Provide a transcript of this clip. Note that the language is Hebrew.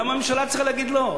למה הממשלה צריכה להגיד לא?